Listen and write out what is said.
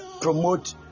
promote